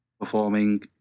performing